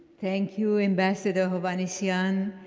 thank you, ambassador hovhannissian.